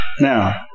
Now